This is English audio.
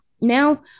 now